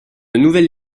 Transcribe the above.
nouvelle